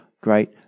great